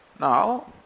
Now